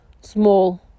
small